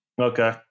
Okay